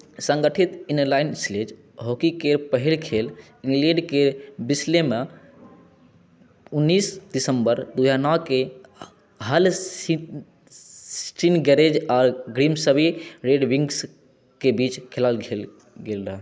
सङ्गठित inline sledge हॉकीकेर पहिल खेल इंग्लैंडके बिस्लेमे उन्नैस दिसम्बर दू हजार नओकेँ हल स्टिन्गरेज़ आ ग्रिम्सबी रेडविन्ग्सक बीच खेलल गेल रहय